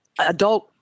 adult